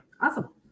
awesome